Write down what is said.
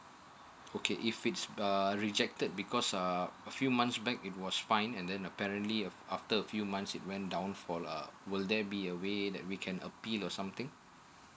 okay if it's err rejected it because um a few months back it was fine and then apparently uh after a few months it went down for uh will there be a way that we can uh be appeal or something